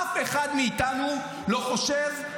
אף אחד מאיתנו לא חושב,